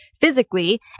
physically